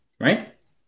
right